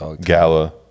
gala